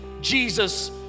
Jesus